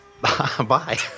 Bye